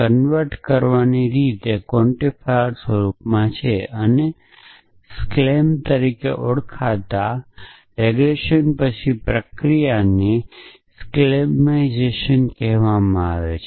convert કરવાની રીત quantifier સ્વરૂપમાં છે અને સ્ક્લેમ તરીકે ઓળખાતા લેગ્રેશન પછી પ્રક્રિયાને સ્ક્લેઇમાઇઝેશન કહેવામાં આવે છે